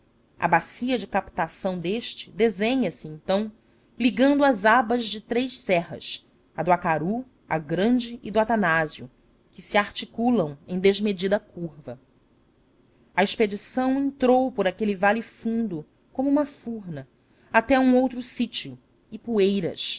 a bacia de captação deste desenha se então ligando as abas de três serras a do acaru a grande e do atanásio que se articulam em desmedida curva a expedição entrou por aquele vale fundo como uma furna até a um outro sítio ipueiras